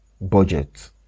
budget